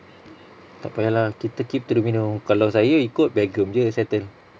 tak payah lah kita keep to the minimum kalau saya ikut begum jer settle